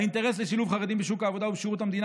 האינטרס לשילוב חרדים בשוק העבודה ובשירות המדינה